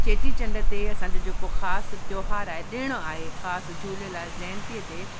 चेटीचंड ते असांजो जेको ख़ासि त्योहारु आहे ॾिण आहे ख़ासि झूलेलाल जयंतीअ ते